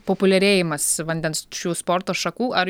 populiarėjimas vandens šių sporto šakų ar